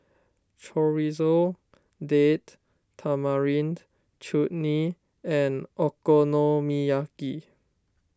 Chorizo Date Tamarind Chutney and Okonomiyaki